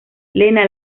lena